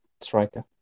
striker